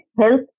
health